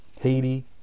haiti